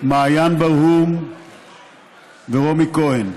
מעין ברהום ורומי כהן.